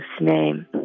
name